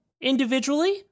individually